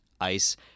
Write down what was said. ice